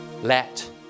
let